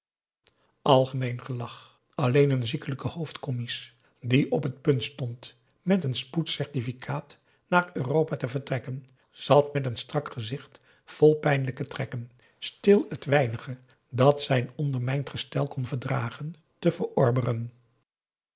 algemeen gelach alleen een ziekelijke hoofdcommies die op t punt stond met een spoed certificaat naar europa te vertrekken zat met een strak gezicht vol pijnlijke trekken stil het weinige dat zijn ondermijnd gestel kon verdragen te verorberen